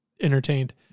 entertained